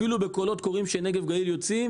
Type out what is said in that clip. אפילו בקולות קוראים שנגב גליל יוצאים,